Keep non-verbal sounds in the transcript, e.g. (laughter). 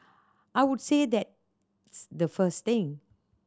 I would say that (unintelligible) the first thing